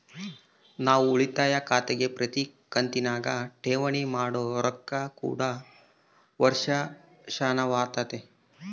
ನಾವು ಉಳಿತಾಯ ಖಾತೆಗೆ ಪ್ರತಿ ಕಂತಿನಗ ಠೇವಣಿ ಮಾಡೊ ರೊಕ್ಕ ಕೂಡ ವರ್ಷಾಶನವಾತತೆ